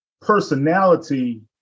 personality